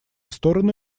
стороны